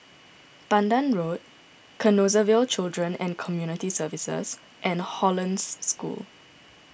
Pandan Road Canossaville Children and Community Services and Hollandse School